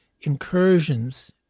incursions